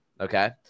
Okay